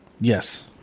Yes